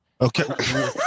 Okay